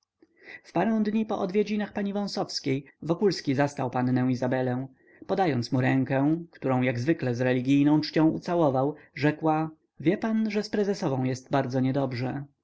w parę dni po odwiedzinach pani wąsowskiej wokulski zastał pannę izabelę podając mu rękę którą jak zwykle z religijną czcią ucałował rzekła wie pan że z prezesową jest bardzo niedobrze